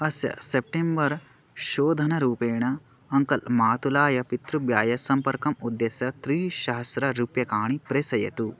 अस्य सेप्टेम्बर् शोधनरूपेण अङ्कल् मातुलाय पितृव्याय सम्पर्कम् उद्देश्य त्रिसहस्ररूप्यकाणि प्रेषयतु